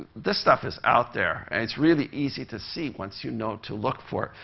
this stuff is out there. and it's really easy to see once you know to look for it.